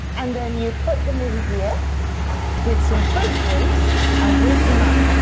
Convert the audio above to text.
and then you put them in here with some fruit juice and whizz them up.